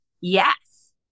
yes